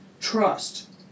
Trust